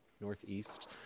northeast